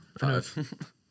Five